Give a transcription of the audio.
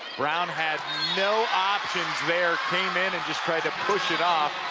brown had no options there came in and just tried to push it off,